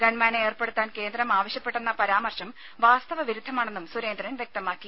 ഗൺമാനെ ഏർപ്പെടുത്താൻ കേന്ദ്രം ആവശ്യപ്പെട്ടെന്ന പരാമർശം വാസ്ത വിരുദ്ധമാണെന്നും സുരേന്ദ്രൻ വ്യക്തമാക്കി